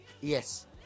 Yes